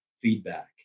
feedback